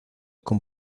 con